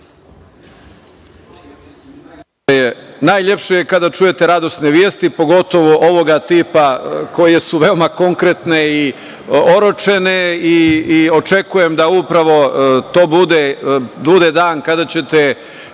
Najlepše je kada čujete radosne vesti, pogotovo ovoga tipa, koje su veoma konkretne i oročene. Očekujem da upravo to bude dan kada ćete